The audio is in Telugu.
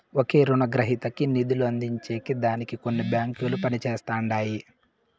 ఒకే రునగ్రహీతకి నిదులందించే దానికి కొన్ని బాంకిలు పనిజేస్తండాయి